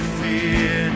fear